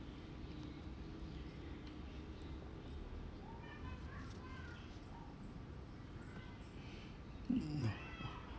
mm